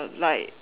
like